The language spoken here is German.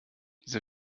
diese